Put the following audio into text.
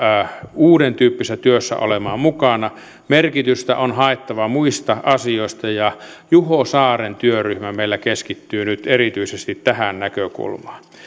uudentyyppisessä työssä olemaan mukana merkitystä on haettava muista asioista ja juho saaren työryhmä meillä keskittyy nyt erityisesti tähän näkökulmaan